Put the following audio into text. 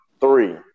three